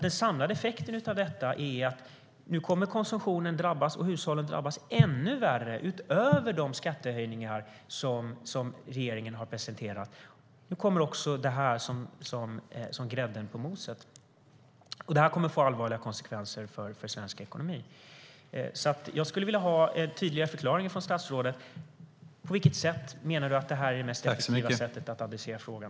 Den samlade effekten av detta är att konsumtionen och hushållen nu kommer att drabbas ännu värre, utöver de skattehöjningar som regeringen har presenterat. Nu kommer det här som grädden på moset. Det kommer att få allvarliga konsekvenser för svensk ekonomi. Jag skulle vilja ha en tydligare förklaring från statsrådet. På vilket sätt menar du att det här är det mest effektiva sättet att adressera frågan?